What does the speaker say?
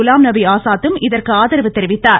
குலாம்நபி ஆசாதும் இதற்கு ஆதரவு தெரிவித்தார்